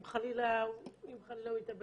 אם חלילה הוא יתאבד